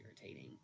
irritating